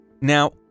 Now